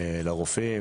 לרופאים,